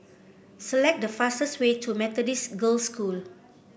select the fastest way to Methodist Girls' School